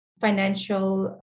financial